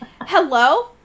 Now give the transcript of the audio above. Hello